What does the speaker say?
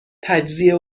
تجزیه